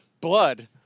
blood